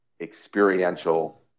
experiential